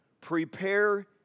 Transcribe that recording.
prepare